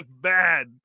bad